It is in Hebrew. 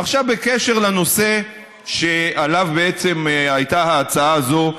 עכשיו בקשר לנושא שעליו בעצם הייתה ההצעה הזו לסדר-היום,